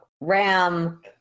Ram